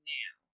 now